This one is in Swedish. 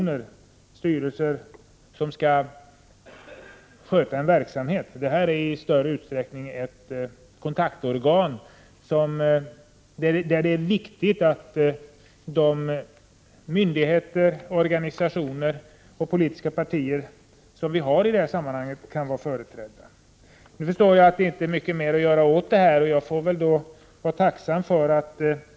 Det handlar om utrymning, djurtillsyn, inkvartering, livsmedelsförsörjning etc. Övningar med befolkningen kring kärnreaktorerna har inte genomförts. Konferenser med tjänstemän etc. har däremot genomförts. Delar statsrådet uppfattningen att en olycka med radioaktiva utsläpp som följd kan inträffa i alla svenska reaktorer?